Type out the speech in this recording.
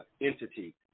entity